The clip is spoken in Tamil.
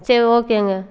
சரி ஓகேங்க